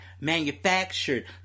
manufactured